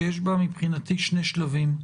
שיש בה מבחינתי שני שלבים: